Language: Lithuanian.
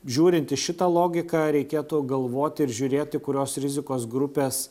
žiūrint į šitą logiką reikėtų galvoti ir žiūrėti kurios rizikos grupės